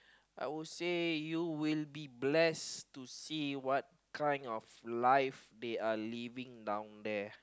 I would say you will be blessed to see what kind of life they are living down there